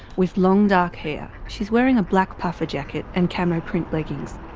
with long dark hair, she's wearing a black puffer jacket and camo print leggings.